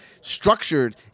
structured